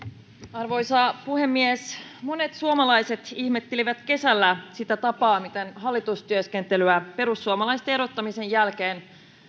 arvoisa puhemies monet suomalaiset ihmettelivät kesällä sitä tapaa miten hallitustyöskentelyä perussuomalaisten erottamisen jälkeen